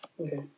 Okay